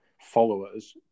followers